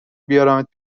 بیارمت